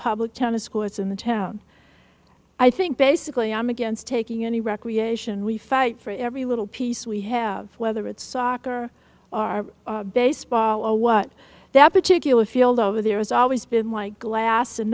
public tennis courts in the town i think basically i'm against taking any recreation we fight for every little piece we have whether it's soccer our baseball or what that particular field over there has always been like glass and